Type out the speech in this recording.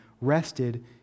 rested